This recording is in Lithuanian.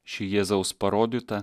ši jėzaus parodyta